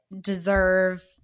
deserve